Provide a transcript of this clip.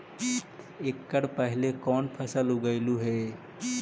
एकड़ पहले कौन फसल उगएलू हा?